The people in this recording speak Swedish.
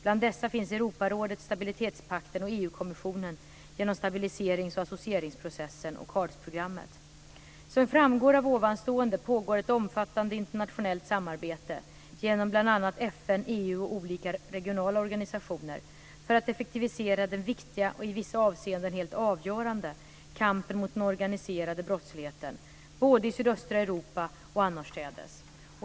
Bland dessa finns Europarådet, Stabilitetspakten och EU Som framgår av det jag nu sagt pågår ett omfattande internationellt samarbete - genom bl.a. FN, EU och olika regionala organisationer - för att effektivisera den viktiga, och i vissa avseenden helt avgörande, kampen mot den organiserade brottsligheten, både i sydöstra Europa och annorstädes.